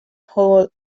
hold